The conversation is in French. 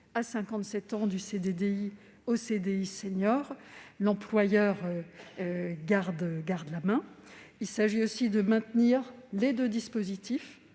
à 57 ans du CDDI au CDI senior ; l'employeur garde la main. Il s'agit aussi de maintenir les deux dispositifs